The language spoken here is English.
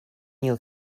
your